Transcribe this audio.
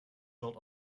built